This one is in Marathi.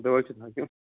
जवळचेच नाते